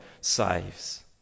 saves